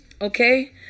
okay